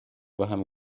vähem